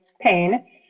pain